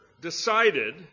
decided